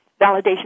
validation